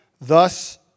Thus